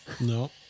No